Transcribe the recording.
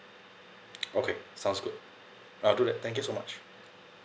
okay sounds good I'll do that thank you so much